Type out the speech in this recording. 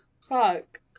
Fuck